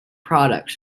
products